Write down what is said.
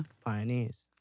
pioneers